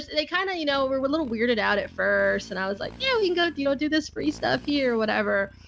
they kind of, you know, we're a little weirded out at first. and i was like, yeah, you can go do you do this free stuff here or whatever.